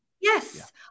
Yes